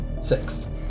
six